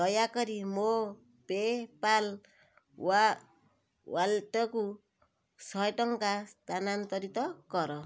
ଦୟାକରି ମୋ ପେପାଲ୍ ୱାଲେଟ୍କୁ ଶହେ ଟଙ୍କା ସ୍ଥାନାନ୍ତରିତ କର